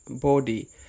body